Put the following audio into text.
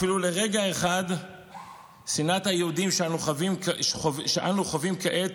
אפילו לרגע אחד שנאת היהודים שאנו חווים כעת